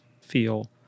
feel